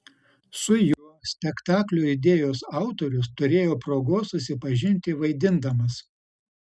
su juo spektaklio idėjos autorius turėjo progos susipažinti vaidindamas